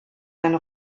seine